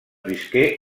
visqué